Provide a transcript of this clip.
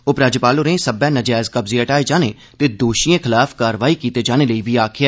उप राज्यपाल होरें सब्बै नजैज कब्जे हटाए जाने ते दोषिएं खलाफ कार्रवाई कीते जाने लेई बी आक्खेआ